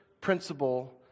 principle